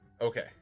okay